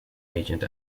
agent